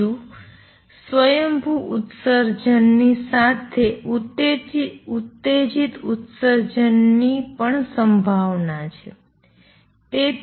બીજું સ્વયંભૂ ઉત્સર્જન ની સાથે ઉત્તેજિત ઉત્સર્જન ની પણ સંભાવના છે